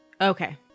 Okay